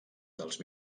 dels